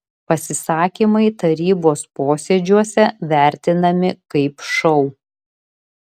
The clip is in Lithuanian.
pasisakymai tarybos posėdžiuose vertinami kaip šou